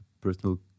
personal